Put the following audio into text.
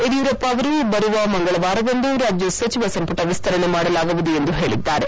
ಯಡಿಯೂರಪ್ಪ ಅವರು ಬರುವ ಮಂಗಳವಾರದಂದು ರಾಜ್ಯ ಸಚಿವ ಸಂಪುಟ ವಿಸ್ಗರಣೆ ಮಾಡಲಾಗುವುದು ಎಂದು ಹೇಳಿದ್ದಾರೆ